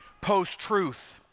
post-truth